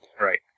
Right